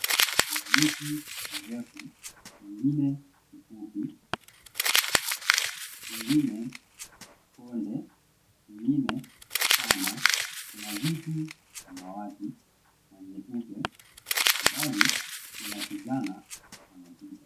Mwingine mweupe mwingine mwingine konde mwingine pana kuna vipi kama wazi na nyeupe mbali kuna kijana anazungumza.